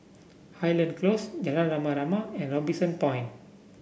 Highland Close Jalan Rama Rama and Robinson Point